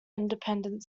independent